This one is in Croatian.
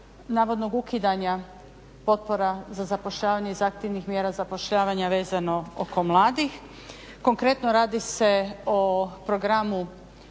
navodnog ukidanja potpora za zapošljavanje iz aktivnih mjera zapošljavanja vezano oko mladih. Konkretno radi se o programu